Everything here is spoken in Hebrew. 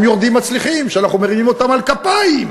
הם יורדים מצליחים, שאנחנו מרימים אותם על כפיים.